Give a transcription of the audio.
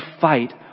fight